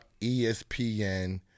ESPN